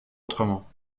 autrement